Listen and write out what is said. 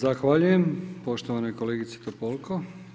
Zahvaljujem poštovanoj kolegici Topolko.